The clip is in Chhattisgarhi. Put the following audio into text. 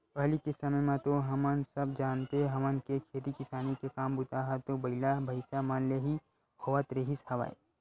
पहिली के समे म तो हमन सब जानते हवन के खेती किसानी के काम बूता ह तो बइला, भइसा मन ले ही होवत रिहिस हवय